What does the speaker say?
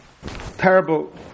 terrible